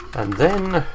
and then